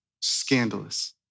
scandalous